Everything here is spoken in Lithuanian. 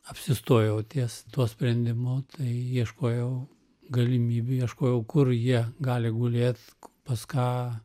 apsistojau ties tuo sprendimu tai ieškojau galimybių ieškojau kur jie gali gulėt pas ką